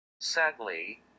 Sadly